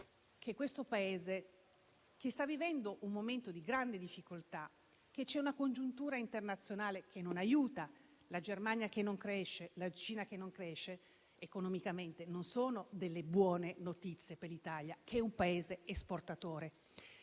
che questo Paese stia vivendo un momento di grande difficoltà. C'è una congiuntura internazionale che non aiuta: la Germania e la Cina che non crescono economicamente non sono una buona notizia per l'Italia, che è un Paese esportatore.